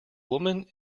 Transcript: woman